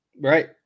Right